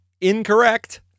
incorrect